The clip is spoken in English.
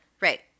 right